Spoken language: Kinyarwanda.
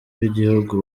b’igihugu